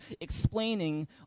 explaining